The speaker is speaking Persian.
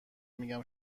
میگم